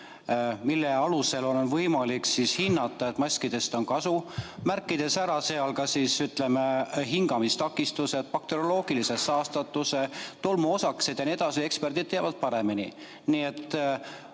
mille alusel on võimalik hinnata, et maskidest on kasu, märkides ära ka, ütleme, hingamistakistused, bakterioloogilise saastatuse, tolmuosakesed ja nii edasi – eksperdid teavad paremini.